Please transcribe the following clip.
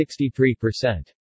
63%